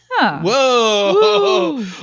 Whoa